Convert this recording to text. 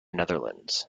netherlands